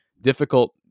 difficult